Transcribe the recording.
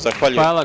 Zahvaljujem.